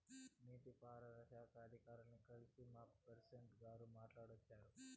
నీటి పారుదల శాఖ అధికారుల్ని కల్సి మా ప్రెసిడెంటు గారు మాట్టాడోచ్చినారు